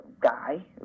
guy